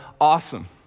Awesome